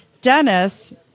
Dennis